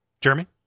Jeremy